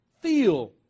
feel